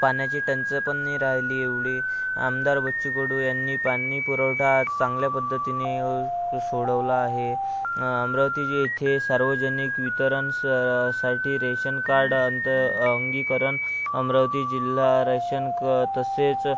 पाण्याची टंचाई पण नाही राहिली एवढी आमदार बच्चू कडू यांनी पाणीपुरवठा चांगल्या पद्धतीने सोडवला आहे अमरावतीच्या इथे सार्वजनिक वितरणासाठी रेशन कार्ड अंत अंगीकरण अमरावती जिल्हा रेशन क तसेच